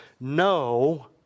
no